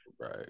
right